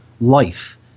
life